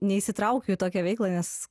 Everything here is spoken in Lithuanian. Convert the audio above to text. neįsitraukiu į tokią veiklą nes